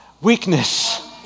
weakness